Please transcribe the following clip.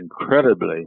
incredibly